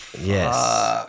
yes